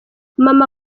mama